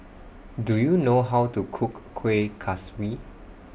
Do YOU know How to Cook Kueh Kaswi